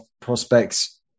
prospects